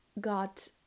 got